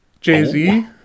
Jay-Z